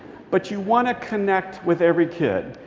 but you want to connect with every kid.